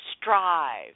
strive